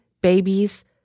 babies